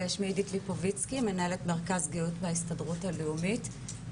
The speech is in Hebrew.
שמי עידית ליפובצקי מנהלת מרכז גאות בהסתדרות הלאומית.